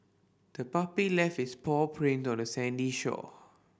the puppy left its paw print on the sandy shore